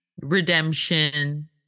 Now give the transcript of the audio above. Redemption